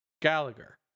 Gallagher